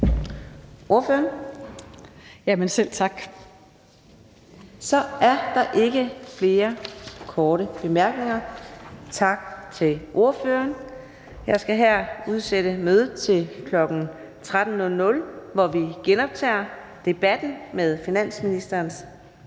næstformand (Karina Adsbøl): Så er der ikke flere korte bemærkninger. Tak til ordføreren. Jeg skal hermed udsætte mødet til kl. 13.00, hvor vi genoptager debatten – og starter med finansministerens